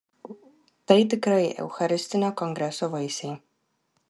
tai tikrai eucharistinio kongreso vaisiai